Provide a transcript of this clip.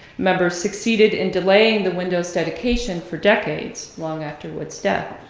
members succeeded in delaying the windows' dedication for decades, long after wood's death.